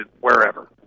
wherever